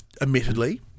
admittedly